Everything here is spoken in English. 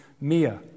mia